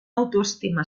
autoestima